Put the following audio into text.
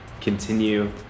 continue